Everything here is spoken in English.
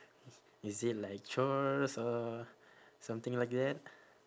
is it like chores or something like that